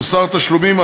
מוסר תשלומים),